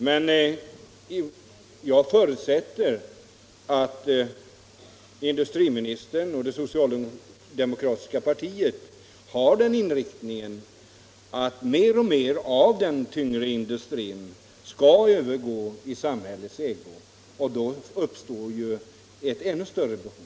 Men jag förutsätter att industriministern och det socialdemokratiska partiet har den uppfattningen att mer och mer av den tyngre industrin skall övergå i samhällets ägo, och då uppstår ett ännu större behov.